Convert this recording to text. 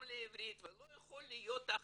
גם לעברית ולא יכול להיות אחרת.